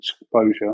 exposure